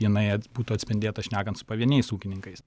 jinai būtų atspindėta šnekant su pavieniais ūkininkais